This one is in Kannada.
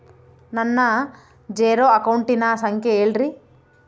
ನನ್ನ ಜೇರೊ ಅಕೌಂಟಿನ ಸಂಖ್ಯೆ ಹೇಳ್ರಿ?